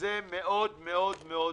שזה מאוד מאוד מדאיג.